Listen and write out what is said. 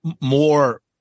more